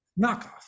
knockoff